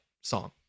song